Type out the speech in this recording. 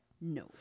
No